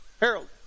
Harold